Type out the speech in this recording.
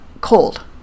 cold